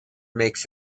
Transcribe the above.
makes